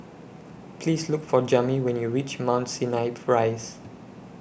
Please Look For Jami when YOU REACH Mount Sinai Prise